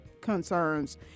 concerns